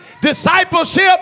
discipleship